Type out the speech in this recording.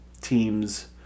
teams